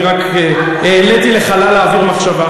אני רק העליתי לחלל האוויר מחשבה.